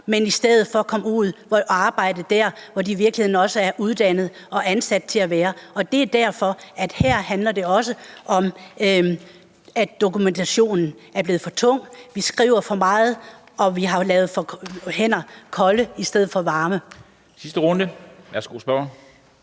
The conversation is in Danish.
men i stedet for komme ud og arbejde der, hvor de i virkeligheden er uddannet og ansat til at være. Det er derfor, at det her også handler om, at dokumentationen er blevet for tung; der bliver skrevet for meget, og vi har gjort hænder kolde i stedet for varme. Kl. 17:56 Første